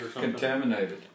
contaminated